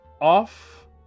off